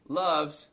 loves